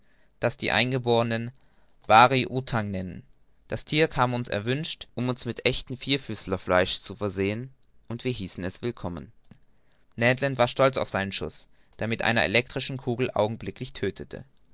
das die eingeborenen bari outang nennen das thier kam uns erwünscht um uns mit echtem vierfüßlerfleisch zu versehen und wir hießen es willkommen ned land war stolz auf seinen schuß der mit einer elektrischen kugel augenblicklich tödtete